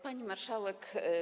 Pani Marszałek!